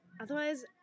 otherwise